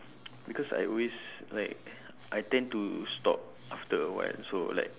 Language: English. because I always like I tend to stop after awhile so like